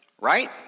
right